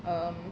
um